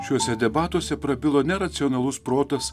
šiuose debatuose prabilo ne racionalus protas